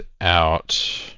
out